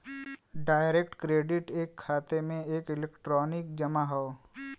direct credit एक खाते में एक इलेक्ट्रॉनिक जमा हौ